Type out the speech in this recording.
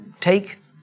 take